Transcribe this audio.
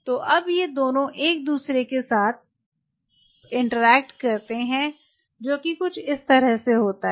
तो अब ये दोनों एक दूसरे के साथ परस्पर क्रिया करते हैं जोकि कुछ इस तरह से होता है